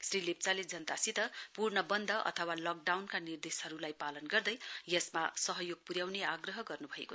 श्री लेप्चाले जनतासित पूर्ण बन्द अथवा लकडाउनका निर्देशहरुलाई पालन गर्दै यसमा सहयोग पुर्याउने आग्रह गर्नुभयो